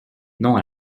non